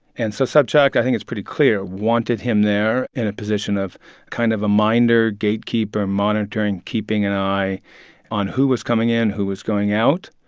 and so sobchak, i think it's pretty clear, wanted him there in a position of kind of a minder, gatekeeper, monitoring, keeping an eye on who was coming in, who was going out.